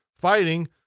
fighting